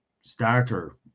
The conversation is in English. starter